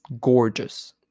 gorgeous